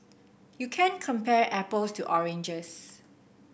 you can't compare apples to oranges